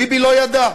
ביבי לא ידע.